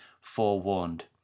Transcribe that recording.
forewarned